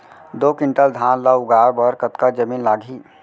दो क्विंटल धान ला उगाए बर कतका जमीन लागही?